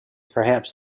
perhaps